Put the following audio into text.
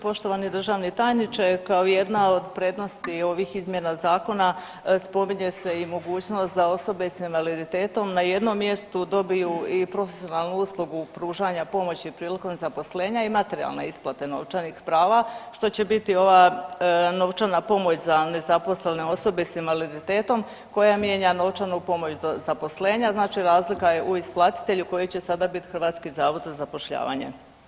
Poštovani državni tajniče, kao jedna od prednosti ovih izmjena zakona spominje se i mogućnost za osobe s invaliditetom na jednom mjestu dobiju i profesionalnu uslugu pružanja pomoći prilikom zaposlenja i materijalne isplate novčanih prava, što će biti ova novčana pomoć za nezaposlene osobe s invaliditetom koja mijenja novčanu pomoć do zaposlenja, znači razlika je u isplatitelju koji će sada bit Hrvatski zavod za zapošljavanje.